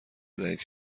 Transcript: بدهید